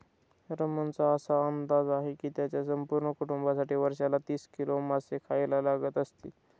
रमणचा असा अंदाज आहे की त्याच्या संपूर्ण कुटुंबासाठी वर्षाला तीस किलो मासे खायला लागत असतील